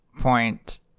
point